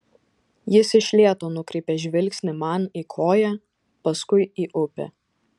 jis iš lėto nukreipia žvilgsnį man į koją paskui į upę